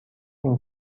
این